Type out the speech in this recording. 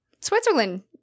Switzerland